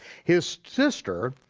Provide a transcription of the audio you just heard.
his sister,